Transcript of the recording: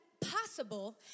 possible